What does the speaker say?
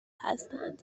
هستند